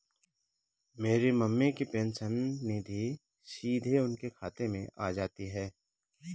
मेरी मम्मी की पेंशन निधि सीधे उनके खाते में आ जाती है